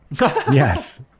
Yes